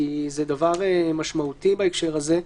כי זה דבר משמעותי בהקשר הזה.